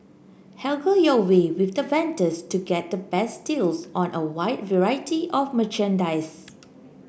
haggle your way with the vendors to get the best deals on a wide variety of merchandise